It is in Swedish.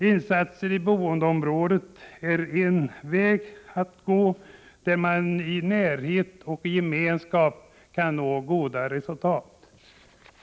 Insatser i boendeområdena är en väg för att i närhet och gemenskap nå goda resultat.